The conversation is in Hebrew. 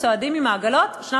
צעדנו ברחובות, בתוך